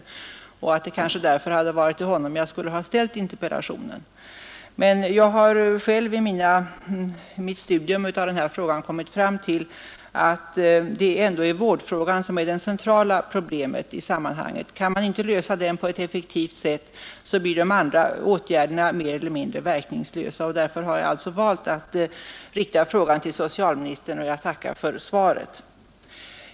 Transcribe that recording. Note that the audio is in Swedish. Därför hade det kanske varit till honom som jag skulle ställt interpellationen, men jag har själv i mitt studium av denna fråga kommit fram till att det ändå är vårdfrågan som är det centrala problemet i sammanhanget. Kan man inte lösa den på ett effektivt sätt blir de andra åtgärderna mer eller mindre verkningslösa. Därför har jag alltså valt att rikta frågan till socialministern och tackar för svaret.